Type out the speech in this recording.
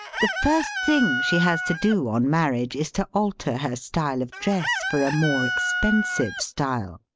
the first thing she has to do on marriage is to alter her style of dress for a more expensive style.